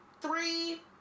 three